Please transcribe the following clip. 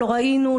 לא ראינו,